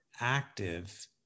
active